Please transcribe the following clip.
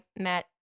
met